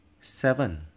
seven